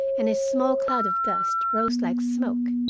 and a small cloud of dust rose like smoke.